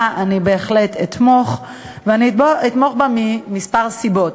בה אני בהחלט אתמוך, ואני אתמוך בה מכמה סיבות.